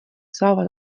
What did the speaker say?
saavad